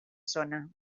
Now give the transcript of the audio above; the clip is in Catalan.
sona